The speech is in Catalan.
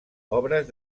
obres